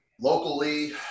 Locally